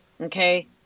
Okay